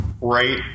right